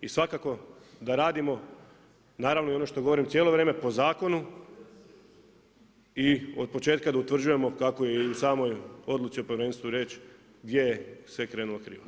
I svakako da radimo naravno i ono što govorim cijelo vrijeme po zakonu i od početka da utvrđujemo kako je i u samoj odluci o povjerenstvu reći gdje se je krenulo krivo.